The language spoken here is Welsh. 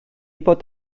bod